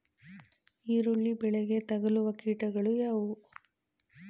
ಈರುಳ್ಳಿ ಬೆಳೆಗೆ ತಗಲುವ ಕೀಟಗಳು ಯಾವುವು?